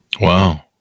Wow